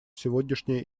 сегодняшняя